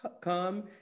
come